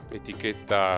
etichetta